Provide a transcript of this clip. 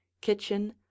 kitchen